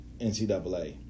NCAA